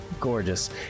gorgeous